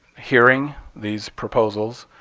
hearing these proposals,